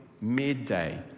midday